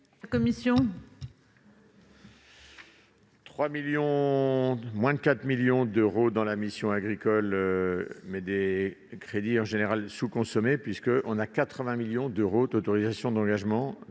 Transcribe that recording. la commission ?